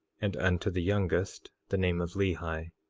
and unto the youngest, the name of lehi.